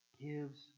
gives